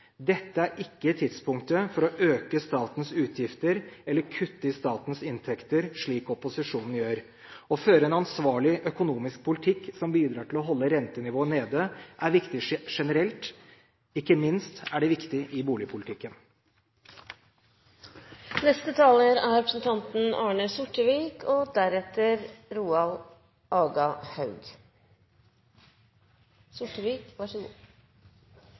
Dette er ikke tidspunktet for å øke statens utgifter eller kutte i statens inntekter, slik opposisjonen gjør. Å føre en ansvarlig økonomisk politikk som bidrar til å holde rentenivået nede, er viktig generelt, og ikke minst er det viktig i boligpolitikken. Siden statsråden som sist hadde ordet her, snakket om reformer, er